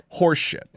horseshit